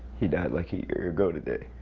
he died like a year ago today.